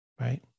right